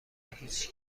هیچ